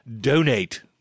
donate